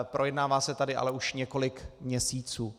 Projednává se tady ale už několik měsíců.